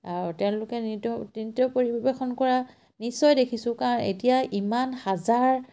আৰু তেওঁলোকে নৃত্য নৃত্য পৰিৱেশন কৰা নিশ্চয় দেখিছোঁ কাৰণ এতিয়া ইমান হাজাৰ